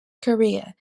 career